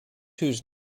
whose